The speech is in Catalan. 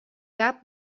cap